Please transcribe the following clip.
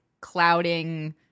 clouding